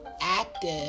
active